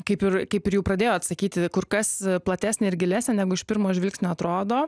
kaip ir kaip jau ir pradėjo atsakyti kur kas platesnė ir gilesnė negu iš pirmo žvilgsnio atrodo